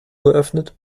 geöffnet